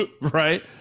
right